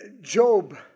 Job